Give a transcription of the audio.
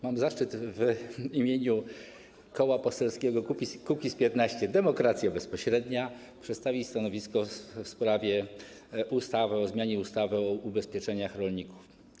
Mam zaszczyt w imieniu Koła Poselskiego Kukiz’15 - Demokracja Bezpośrednia przedstawić stanowisko w sprawie ustawy o zmianie ustawy o ubezpieczeniach rolników.